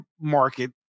market